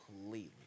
completely